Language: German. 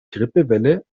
grippewelle